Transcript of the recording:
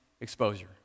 exposure